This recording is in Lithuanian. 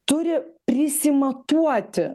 turi prisimatuoti